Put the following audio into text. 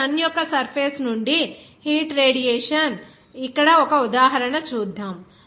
ఇప్పుడు సన్ యొక్క సర్ఫేస్ నుండి హీట్ రేడియేషన్ ఇక్కడ ఒక ఉదాహరణ చూద్దాం